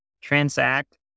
transact